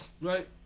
Right